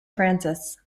francis